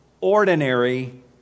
ordinary